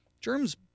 germs